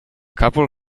couple